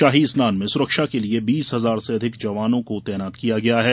शाही स्नान में सुरक्षा के लिए बीस हजार से अधिक जवानों को तैनात किया गया है